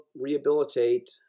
rehabilitate